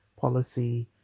policy